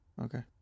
Okay